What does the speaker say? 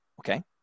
okay